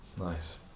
nice